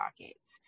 pockets